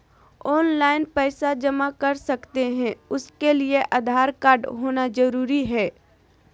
Online पैसा जमा कर सकते हैं उसके लिए आधार कार्ड होना जरूरी है?